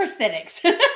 prosthetics